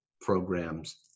programs